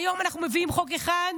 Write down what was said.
היום אנחנו מביאים חוק אחד,